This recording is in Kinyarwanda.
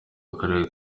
w’akarere